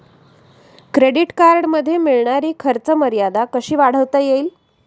Credit कार्डमध्ये मिळणारी खर्च मर्यादा कशी वाढवता येईल?